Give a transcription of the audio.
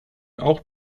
auch